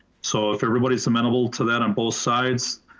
so if everybody's amenable to that on both sides,